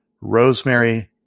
Rosemary